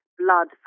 blood